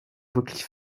wirklich